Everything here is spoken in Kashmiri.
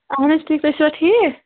اہن حظ ٹھیٖک تُہۍ چھُوا ٹھیٖک